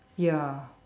ya